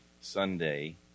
Sunday